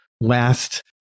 last